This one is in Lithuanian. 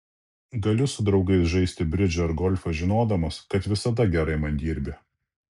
galiu su draugais žaisti bridžą ar golfą žinodamas kad visada gerai man dirbi